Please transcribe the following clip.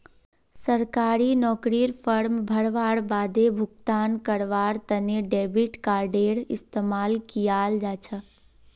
सरकारी नौकरीर फॉर्म भरवार बादे भुगतान करवार तने डेबिट कार्डडेर इस्तेमाल कियाल जा छ